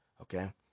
Okay